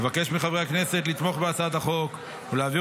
אבקש מחברי הכנסת לתמוך בהצעת החוק ולהעביר